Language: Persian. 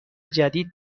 جدید